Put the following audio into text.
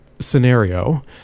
scenario